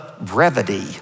brevity